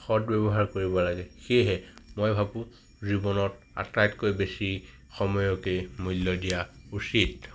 সৎ ব্যৱহাৰ কৰিব লাগে সেয়েহে মই ভাবো জীৱনত আটাইতকৈ বেছি সময়কেই মূল্য দিয়া উচিত